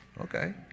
okay